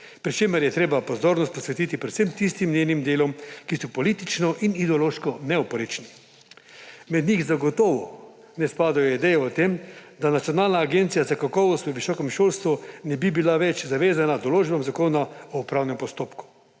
pri čemer je treba pozornost posvetiti predvsem tistim njenim delom, ki so politični in ideološko neoporečni. Med njih zagotovo ne spadajo ideje o tem, da Nacionalna agencija za kakovost v visokem šolstvu ne bi bila več zavezana z določbam Zakona o upravnem postopku,